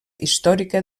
històrica